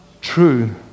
true